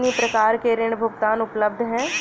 कितनी प्रकार के ऋण भुगतान उपलब्ध हैं?